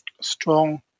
strong